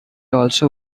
also